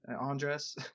Andres